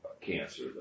cancer